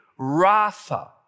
Rapha